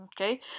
Okay